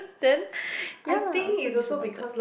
then ya lah so disappointed